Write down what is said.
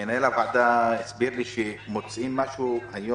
מנהל הוועדה הסביר לי שמפצלים סעיף מתוך החוק.